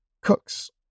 cooks